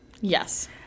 Yes